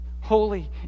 holy